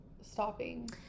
stopping